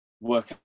work